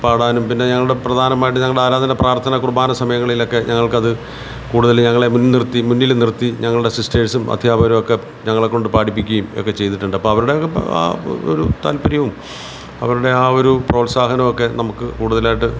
പാടാനും പിന്നെ ഞങ്ങളുടെ പ്രധാനമായിട്ട് ഞങ്ങളുടെ ആരാധന പ്രാർത്ഥന കുർബാന സമയങ്ങളിലക്കെ ഞങ്ങൾക്കത് കൂടുതൽ ഞങ്ങളെ മുൻ നിർത്തി മുന്നിൽ നിർത്തി ഞങ്ങളുടെ സിസ്റ്റേഴ്സും അധ്യാപകരും ഒക്കെ ഞങ്ങളെ കൊണ്ട് പാടിപ്പിക്കേം ഒക്കെ ചെയ്തിട്ടുണ്ട് അപ്പവരുടെ ഒരു ഒരു താല്പര്യോം അവരുടെ ആ ഒരു പ്രോത്സാഹനമൊക്കെ നമുക്ക് കൂടുതലായിട്ട്